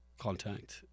contact